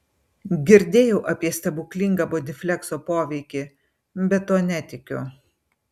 girdėjau apie stebuklinga bodiflekso poveikį bet tuo netikiu